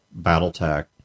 Battletech